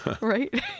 right